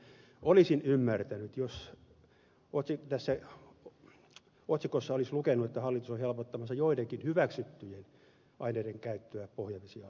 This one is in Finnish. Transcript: olisin ymmärtänyt jos tässä otsikossa olisi lukenut että hallitus on helpottamassa joidenkin hyväksyttyjen aineiden käyttöä myös pohjavesialueilla